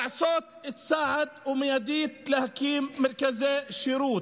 לעשות צעד מיידי להקמת מרכזי שירות.